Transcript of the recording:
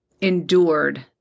endured